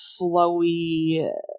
flowy